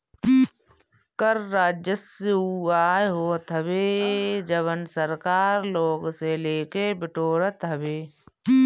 कर राजस्व उ आय होत हवे जवन सरकार लोग से लेके बिटोरत हवे